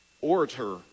orator